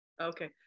Okay